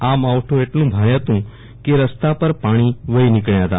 આ માવઠું એટલે ભારે હતું કે રસ્તા પર પાણી વહી નીકળ્યા હતા